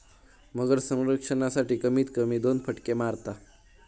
मगर संरक्षणासाठी, कमीत कमी दोन फटके मारता